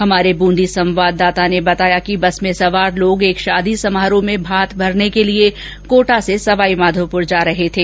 हमारे बूंदी संवाददाता ने बताया कि बस में सवार लोग एक शादी समारोह में भात भरने के लिए कोटा से सवाईमाघोपूर जा रहे थे